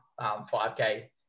5K